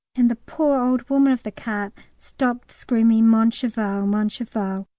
and the poor old woman of the cart stopped screaming mon cheval, mon cheval,